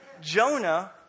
Jonah